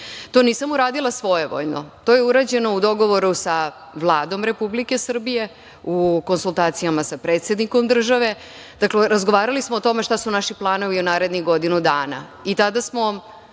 To nisam uradila svojevoljno, to je urađeno u dogovoru sa Vladom Republike Srbije, u konsultacijama sa predsednikom države. Dakle, razgovarali smo o tome šta su naši planovi u narednih godinu dana